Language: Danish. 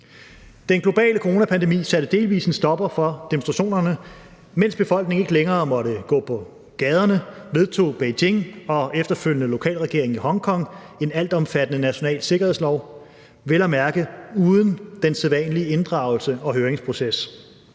Den globale coronapandemi satte delvis en stopper for demonstrationerne. Mens befolkningen ikke længere måtte gå på gaderne, vedtog Beijing og efterfølgende lokalregeringen i Hongkong en altomfattende national sikkerhedslov, vel at mærke uden den sædvanlige inddragelses- og høringsproces.